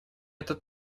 этот